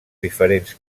diferents